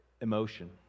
emotion